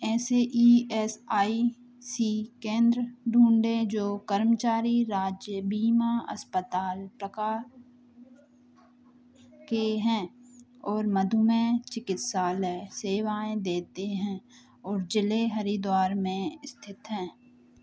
ऐसे E S I C केंद्र ढूँढें जो कर्मचारी राज्य बीमा अस्पताल प्रकार के हैं और मधुमेह चिकित्सालय सेवाएँ देते हैं और जिले हरिद्वार में स्थित हैं